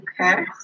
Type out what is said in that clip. Okay